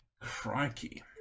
crikey